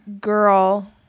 girl